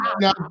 now